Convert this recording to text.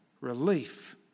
relief